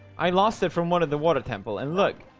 i lost it from one of the water temple and look